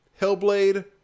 Hellblade